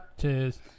Cheers